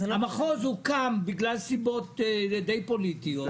המחוז הוקם בגלל סיבות די פוליטיות,